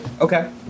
Okay